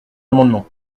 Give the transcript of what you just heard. amendement